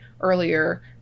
earlier